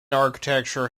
architecture